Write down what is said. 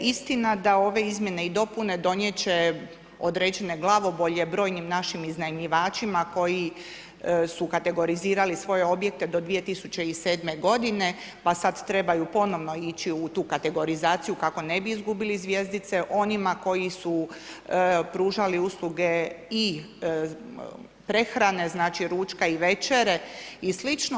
Istina da ove izmjene i dopune donijet će određene glavobolje brojnim našim iznajmljivačima koji su kategorizirali svoje objekte do 2007. godine, pa sad trebaju ponovno ići u tu kategorizaciju kako ne bi izgubili zvjezdice onima koji su pružali usluge i prehrane, znači ručka i večere i slično.